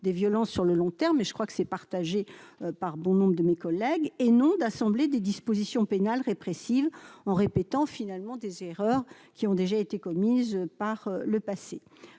des violences sur le long terme et je crois que c'est partagé par bon nombre de mes collègues et non d'assembler des dispositions pénales répressive en répétant finalement des erreurs qui ont déjà été commises par le passé,